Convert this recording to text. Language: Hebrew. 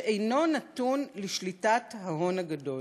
שאינו נתון לשליטת ההון הגדול.